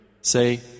Say